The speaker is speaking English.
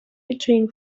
between